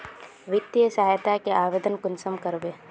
वित्तीय सहायता के आवेदन कुंसम करबे?